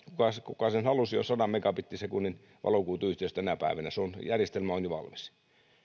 joka sen halusi on sadan megabittisekunnin valokuituyhteys tänä päivänä järjestelmä on jo valmis